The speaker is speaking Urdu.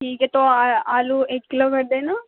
ٹھیک ہے تو آلو ایک کلو کر دینا